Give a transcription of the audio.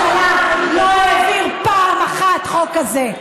עשר שנים ראש הממשלה לא העביר פעם אחת חוק כזה.